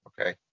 Okay